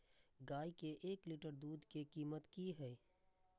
गाय के एक लीटर दूध के कीमत की हय?